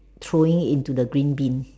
throwing into the green Bin